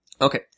Okay